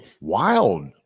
Wild